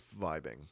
vibing